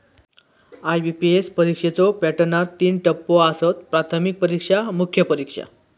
IBPS परीक्षेच्यो पॅटर्नात तीन टप्पो आसत, प्राथमिक परीक्षा, मुख्य परीक्षा